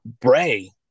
Bray